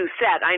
set